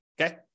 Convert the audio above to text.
Okay